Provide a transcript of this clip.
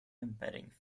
embedding